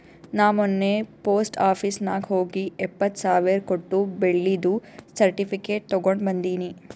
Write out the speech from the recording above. ನಾ ಮೊನ್ನೆ post office ನಾಗ್ ಹೋಗಿ ಎಪ್ಪತ್ ಸಾವಿರ್ ಕೊಟ್ಟು ಬೆಳ್ಳಿದು ಸರ್ಟಿಫಿಕೇಟ್ ತಗೊಂಡ್ ಬಂದಿನಿ